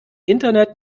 internet